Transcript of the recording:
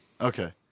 Okay